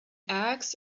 axe